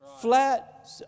Flat